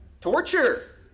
Torture